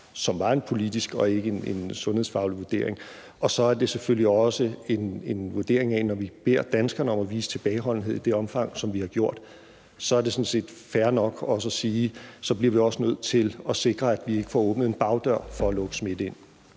det var en politisk og ikke en sundhedsfaglig vurdering. Så er der selvfølgelig også den vurdering, at når vi beder danskerne om at vise tilbageholdenhed i det omfang, som vi har gjort, så er det sådan set fair nok også at sige, at vi bliver nødt til at sikre, at vi ikke får åbnet en bagdør og lukket smitte ind.